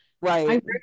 right